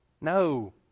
No